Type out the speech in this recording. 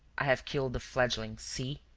i have killed the fledglings. see!